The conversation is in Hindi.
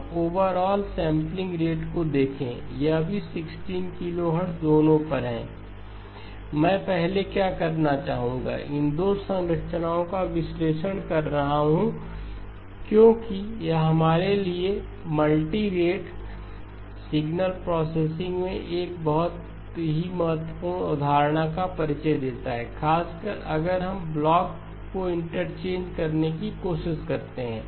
अब ओवरऑल सेंपलिंग रेट को देखें यह भी 16 किलोहर्ट्ज़ दोनों पर है मैं पहले क्या करना चाहूंगा इन 2 संरचनाओं का विश्लेषण कर रहा हूं क्योंकि यह हमारे लिए मल्टीरेट सिग्नल प्रोसेसिंग में एक बहुत ही महत्वपूर्ण अवधारणा का परिचय देता है खासकर अगर हम ब्लॉक को इंटरचेंजकरने की कोशिश करते हैं